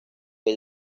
que